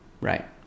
Right